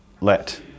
let